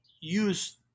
use